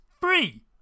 free